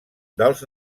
dels